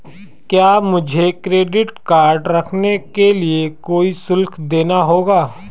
क्या मुझे credit card रखने के लिए कोई शुल्क देना होगा?